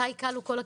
מתי כלו כל הקצין,